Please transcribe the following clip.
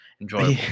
enjoyable